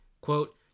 Quote